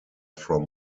from